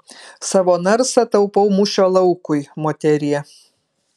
savo narsą taupau mūšio laukui moterie